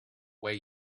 way